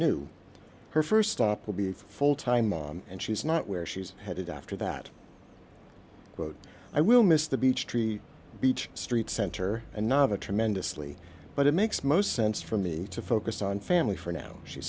new her st stop will be a full time mom and she's not where she's headed after that i will miss the beech tree beach street center and not a tremendously but it makes most sense for me to focus on family for now she